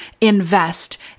invest